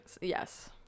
yes